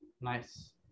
nice